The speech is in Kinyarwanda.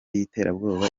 y’iterabwoba